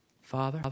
Father